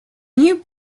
you